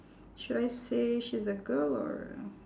should I say she's a girl or